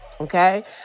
okay